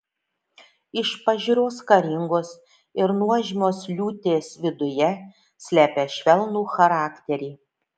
iš pažiūros karingos ir nuožmios liūtės viduje slepia švelnų charakterį